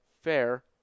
Fair